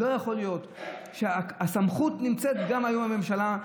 לא יכול להיות שהסמכות נמצאת גם היום בממשלה,